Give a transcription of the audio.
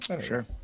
Sure